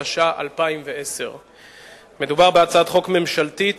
התש"ע 2010. מדובר בהצעת חוק ממשלתית